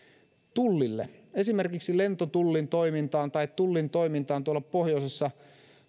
tullille esimerkiksi lentotullin toimintaan tai tullin toimintaan tuolla pohjoisessa